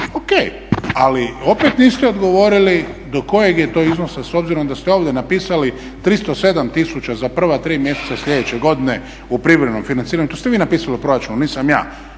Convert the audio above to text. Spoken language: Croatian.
Ok, ali opet niste odgovorili do kojeg je to iznosa s obzirom da ste ovdje napisali 307 tisuća za prva tri mjeseca sljedeće godine u privremenom financiranju. To ste vi napisali u proračunu, nisam ja.